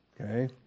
Okay